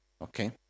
okay